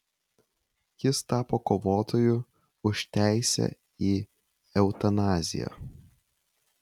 jis tapo kovotoju už teisę į eutanaziją